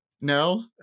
No